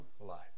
life